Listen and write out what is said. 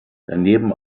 daneben